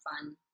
fun